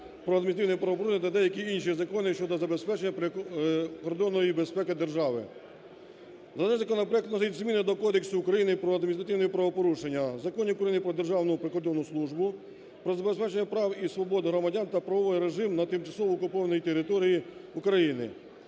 про адміністративні правопорушення та деякі інші закони щодо забезпечення прикордонної безпеки держави. Даний законопроект вносить зміни до Кодексу України про адміністративні правопорушення, законів України: "Про Державну прикордонну службу", "Про забезпечення прав і свобод громадян та правовий режим на тимчасово окупованій території України"